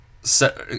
set